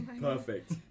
Perfect